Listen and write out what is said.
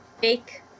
Fake